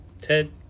Ted